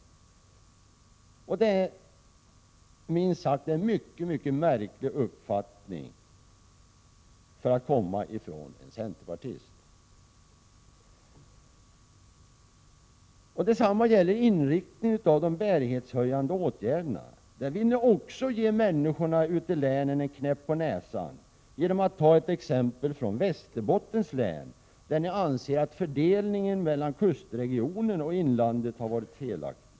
Detta är minst sagt en mycket märklig uppfattning för att komma från en centerpartist. Detsamma gäller inriktningen av de bärighetshöjande åtgärderna. Där vill ni också ge människorna ute i länen en knäpp på näsan genom att ta ett exempel från Västerbottens län, där ni anser att fördelningen mellan kustregionen och inlandet har varit felaktig.